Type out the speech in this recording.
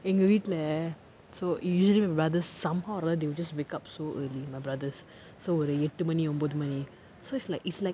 எங்க வீட்ல:enga veetla so u~ usually my brothers somehow or rather they'll just wake up so early my brothers so ஒரு எட்டு மணி ஒம்பது மணி:oru ettu mani ombathu mani so it's like it's like